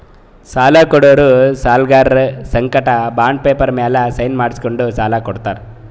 ಸಾಲ ಕೊಡೋರು ಸಾಲ್ಗರರ್ ಸಂಗಟ ಬಾಂಡ್ ಪೇಪರ್ ಮ್ಯಾಲ್ ಸೈನ್ ಮಾಡ್ಸ್ಕೊಂಡು ಸಾಲ ಕೊಡ್ತಾರ್